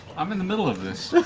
i'm in the middle of this.